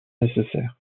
nécessaire